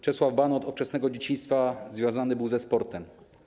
Czesław Banot od wczesnego dzieciństwa związany był ze sportem.